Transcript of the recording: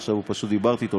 עכשיו פשוט דיברתי אתו,